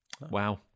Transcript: Wow